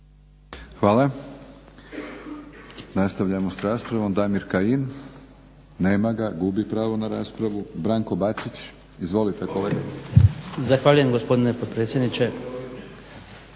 Hvala. Nastavljamo s raspravom, Damir Kajin. Nema ga. Gubi pravo na raspravu. Branko Bačić. Izvolite kolega. **Bačić, Branko (HDZ)** Zahvaljujem gospodine potpredsjedniče.